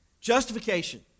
Justification